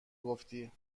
گفتی